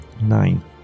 Nine